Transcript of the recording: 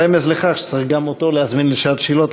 רמז לכך שצריך גם אותו להזמין לשעת שאלות,